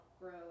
grow